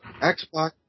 Xbox